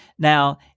Now